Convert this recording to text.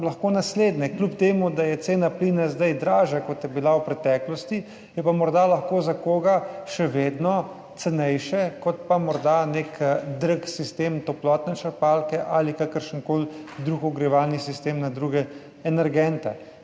lahko naslednje. Kljub temu, da je cena plina zdaj dražja, kot je bila v preteklosti, je pa morda lahko za koga še vedno cenejše kot pa morda nek drag sistem toplotne črpalke ali kakršenkoli drug ogrevalni sistem na druge energente.